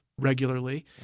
regularly